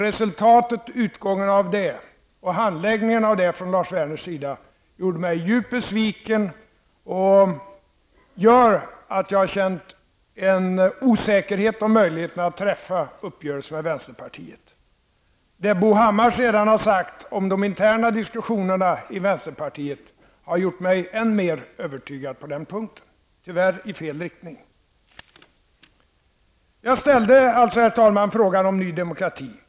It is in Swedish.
Resultatet av den och handlingen från Lars Werners sida gjorde mig djupt besviken, och det medför att jag har känt en osäkerhet om möjligheterna att träffa uppgörelser med vänsterpartiet. Det Bo Hammar sedan har sagt om de interna diskussionerna i vänsterpartiet har gjort mig än mer övertygad på den punkten -- tyvärr i fel riktning. Herr talman! Jag ställde en fråga om Ny demokrati.